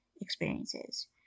experiences